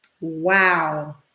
Wow